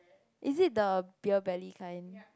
is it the beer belly kind